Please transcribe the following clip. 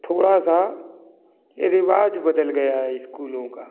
थोड़ा सा ये रिवाज बदल गया है स्कूलों का